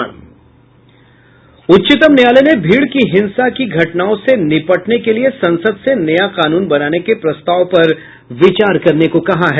उच्चतम न्यायालय ने भीड़ की हिंसा की घटनाओं से निपटने के लिए संसद से नया कानून बनाने के प्रस्ताव पर विचार करने को कहा है